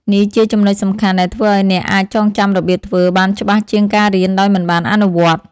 នេះជាចំណុចសំខាន់ដែលធ្វើឲ្យអ្នកអាចចងចាំរបៀបធ្វើបានច្បាស់ជាងការរៀនដោយមិនបានអនុវត្ត ។